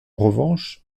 revanche